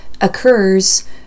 occurs